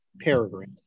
paragraph